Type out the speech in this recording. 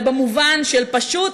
אלא במובן של פשוט,